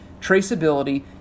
traceability